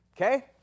Okay